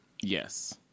Yes